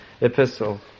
epistle